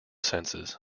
senses